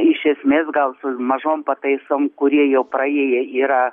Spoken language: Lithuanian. iš esmės gal su mažom pataisom kurie jau praėję yra